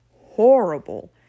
horrible